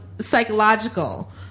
psychological